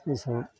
ओ सब